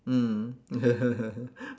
mm